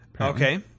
Okay